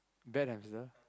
bad hamster